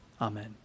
Amen